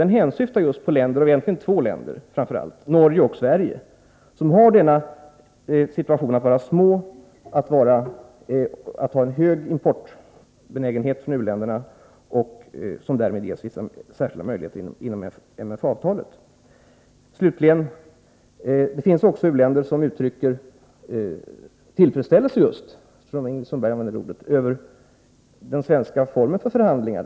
Den hänsyftar just på länder som är små och har en hög importbenägenhet från u-länderna — detta gäller framför allt Norge och Sverige — och som därmed ges särskilda möjligheter inom MFA-avtalet. Slutligen: Det finns också u-länder som uttrycker tillfredsställelse — det ord som Ingrid Sundberg använder — över den svenska formen av förhandlingar.